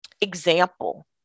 example